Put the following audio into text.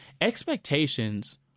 expectations